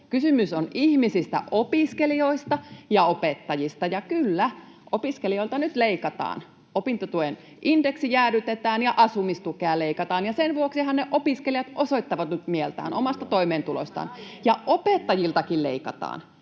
Kysymys on ihmisistä, opiskelijoista ja opettajista. Ja kyllä, opiskelijoilta nyt leikataan: opintotuen indeksi jäädytetään ja asumistukea leikataan. Sen vuoksihan ne opiskelijat osoittavat nyt mieltään, omasta toimeentulostaan. Ja opettajiltakin leikataan.